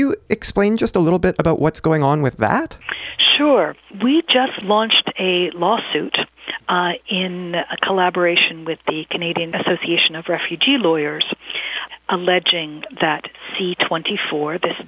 you explain just a little bit about what's going on with that sure we just launched a lawsuit in collaboration with the canadian association of refugee lawyers alleging that c twenty four this